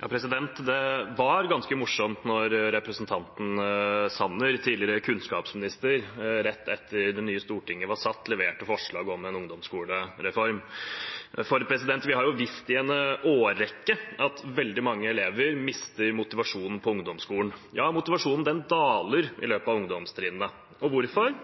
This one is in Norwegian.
Det var ganske morsomt da representanten Sanner, tidligere kunnskapsminister, rett etter at det nye Stortinget var satt, leverte forslag om en ungdomsskolereform. Vi har jo visst i en årrekke at veldig mange elever mister motivasjonen på ungdomsskolen. Motivasjonen daler i løpet av ungdomstrinnene. Hvorfor det?